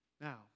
Now